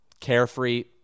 carefree